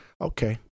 okay